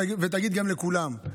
ותגיד גם לכולם,